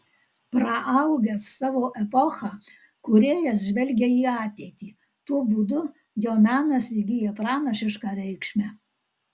praaugęs savo epochą kūrėjas žvelgia į ateitį tuo būdu jo menas įgyja pranašišką reikšmę